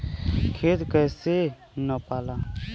खेत कैसे नपाला?